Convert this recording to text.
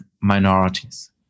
minorities